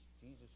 Jesus